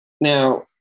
Now